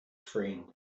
friend